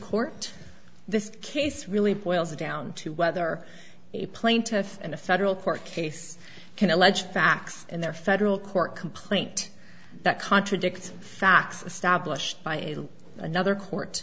court this case really boils down to whether a plaintiff in a federal court case can alleged facts in their federal court complaint that contradicts facts established by in another court